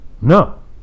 No